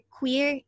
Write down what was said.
queer